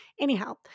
Anyhow